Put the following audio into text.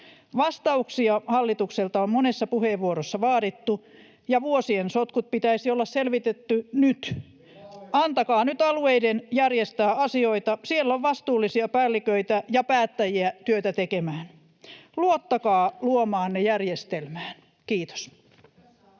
Vastauksia hallitukselta on monessa puheenvuorossa vaadittu, ja vuosien sotkut pitäisi olla selvitetty nyt. [Antti Kurvinen: Oli vaaleissa vähän eri puhe!] Antakaa nyt alueiden järjestää asioita. Siellä on vastuullisia päälliköitä ja päättäjiä työtä tekemään. Luottakaa luomaanne järjestelmään. — Kiitos.